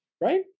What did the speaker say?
Right